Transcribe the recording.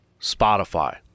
Spotify